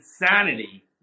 insanity